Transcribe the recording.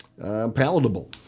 palatable